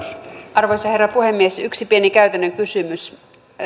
arvoisa herra puhemies yksi pieni käytännön kysymys